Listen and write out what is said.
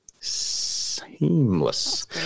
Seamless